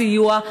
סיוע,